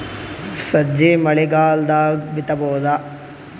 ಸಜ್ಜಿ ಮಳಿಗಾಲ್ ದಾಗ್ ಬಿತಬೋದ?